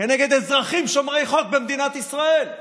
כנגד אזרחים שומרי חוק במדינת ישראל.